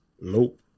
Nope